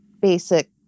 basic